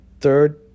third